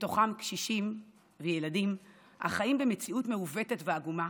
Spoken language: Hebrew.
ומתוכם קשישים וילדים החיים במציאות מעוותת ועגומה